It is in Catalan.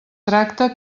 tracte